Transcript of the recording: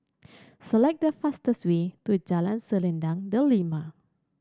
select the fastest way to Jalan Selendang Delima